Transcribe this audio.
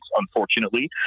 unfortunately